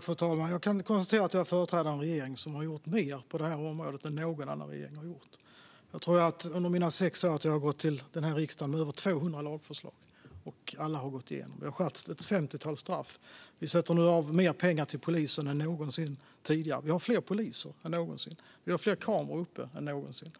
Fru talman! Jag kan konstatera att jag företräder en regering som har gjort mer på det här området än vad någon annan regering har gjort. Jag tror att jag under mina sex år har gått till riksdagen med över 200 lagförslag, och alla har gått igenom. Vi har skärpt straffen för ett femtiotal brott. Vi sätter nu av mer pengar till polisen än någonsin tidigare. Vi har fler poliser än någonsin, och vi har fler kameror uppe än någonsin.